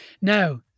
Now